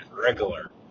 Regular